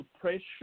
pressure